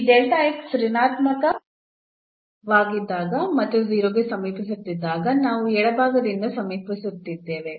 ಈ ಋಣಾತ್ಮಕವಾಗಿದ್ದಾಗ ಮತ್ತು 0 ಕ್ಕೆ ಸಮೀಪಿಸುತ್ತಿದ್ದಾಗ ನಾವು ಎಡಭಾಗದಿಂದ ಸಮೀಪಿಸುತ್ತಿದ್ದೇವೆ